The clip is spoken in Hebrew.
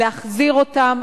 להחזיר אותן.